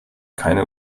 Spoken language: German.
keine